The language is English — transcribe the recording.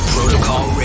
Protocol